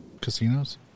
casinos